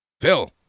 Phil